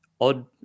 odd